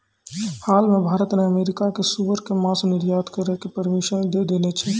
हाल मॅ भारत न अमेरिका कॅ सूअर के मांस निर्यात करै के परमिशन दै देने छै